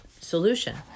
solution